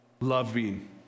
loving